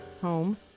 home